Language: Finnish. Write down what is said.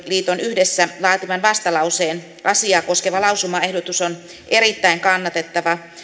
yhdessä laatiman vastalauseen asiaa koskeva lausumaehdotus on erittäin kannatettava